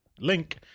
Link